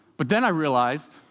but then i realized,